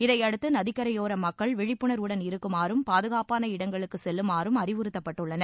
இதையடுத்து நதிக்கரையோர மக்கள் விழிப்புணர்வுடன் இருக்குமாறும் பாதுகாப்பான இடங்களுக்குச் செல்லுமாறும் அறிவுறுத்தப்பட்டுள்ளனர்